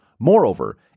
Moreover